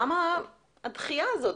למה הדחייה הזאת?